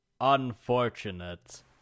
Unfortunate